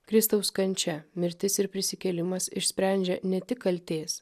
kristaus kančia mirtis ir prisikėlimas išsprendžia ne tik kaltės